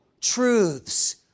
truths